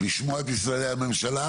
לשמוע את משרדי הממשלה,